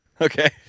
okay